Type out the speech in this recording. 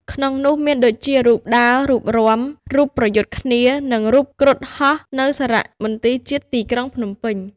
ក្នុងនោះមានដូចជា រូបដើរ រូបរាំ រូបប្រយុទ្ធគ្នា និងរូបគ្រុឌហោះ នៅសារមន្ទីរជាតិទីក្រុងភ្នំពេញ។